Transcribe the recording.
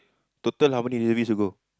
total how many reservist you go